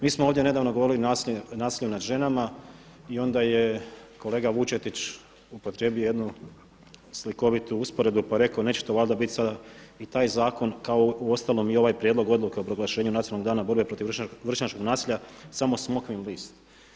Mi smo ovdje nedavno govorili o nasilju nad ženama i onda je kolega Vučetić upotrijebio jednu slikovitu usporedbu pa rekao neće to valja biti i taj zakon kao uostalom i ovaj prijedlog odluke o proglašenju Nacionalnog dana borbe protiv vršnjačkog nasilja samo smokvin list.